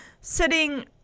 sitting